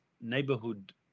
neighborhood